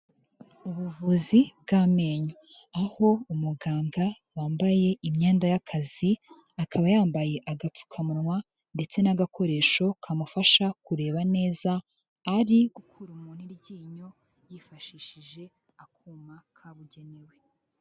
Ubuvuzi bw'amenyo, aho umuganga wambaye imyenda y'akazi, akaba yambaye agapfukamunwa, ndetse n'agakoresho kamufasha kureba neza, ari gukuramo iryinyo yifashishije akuma kabugenewe.